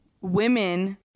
women